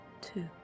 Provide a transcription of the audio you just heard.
Two